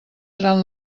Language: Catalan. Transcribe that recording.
seran